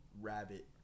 rabbit